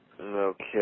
Okay